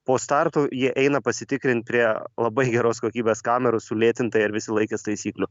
po starto jie eina pasitikrint prie labai geros kokybės kamerų sulėtintai ar visi laikės taisyklių